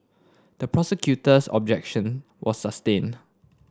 the prosecutor's objection were sustained